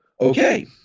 Okay